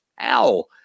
ow